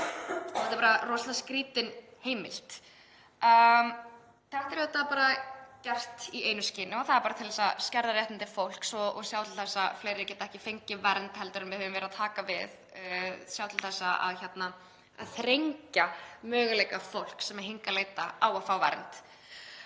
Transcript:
þetta er rosalega skrýtin heimild. Þetta er aðeins gert í einu skyni og það er til þess að skerða réttindi fólks og sjá til þess að fleiri fái ekki vernd en við höfum verið að taka við og sjá til þess að þrengja möguleika fólks sem hingað leitar á að fá vernd.